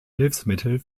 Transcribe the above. hilfsmittel